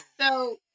So-